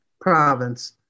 province